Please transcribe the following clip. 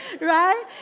Right